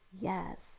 yes